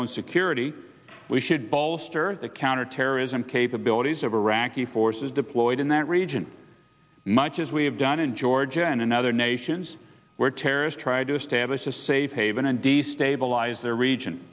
own security we should bolster the counterterrorism capabilities of iraqi forces deployed in that region much as we have done in georgia and in other nations where terrorist try to establish a safe haven and destabilize their region